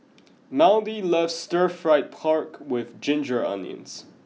Maudie loves Stir Fried Pork with ginger onions